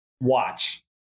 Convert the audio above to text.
Watch